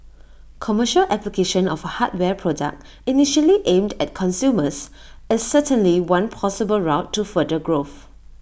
commercial application of A hardware product initially aimed at consumers is certainly one possible route to further growth